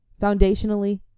foundationally